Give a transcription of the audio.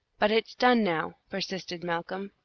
but it's done now, persisted malcolm.